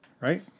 Right